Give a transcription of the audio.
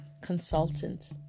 consultant